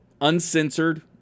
uncensored